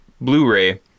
Blu-ray